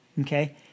okay